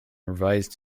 revised